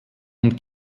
und